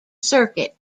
circuit